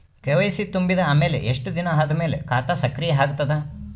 KYC ತುಂಬಿದ ಅಮೆಲ ಎಷ್ಟ ದಿನ ಆದ ಮೇಲ ಖಾತಾ ಸಕ್ರಿಯ ಅಗತದ?